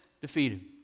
defeated